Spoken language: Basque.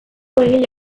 egile